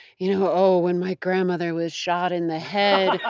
you know oh, when my grandmother was shot in the head,